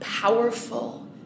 powerful